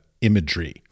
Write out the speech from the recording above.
imagery